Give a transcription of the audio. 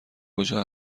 کجا